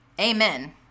Amen